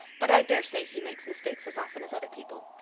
but i dare say he makes mistakes as often as other people.